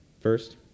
First